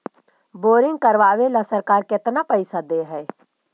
Boring करबाबे ल सरकार केतना पैसा दे है?